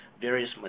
various